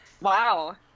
Wow